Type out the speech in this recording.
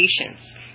patients